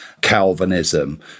Calvinism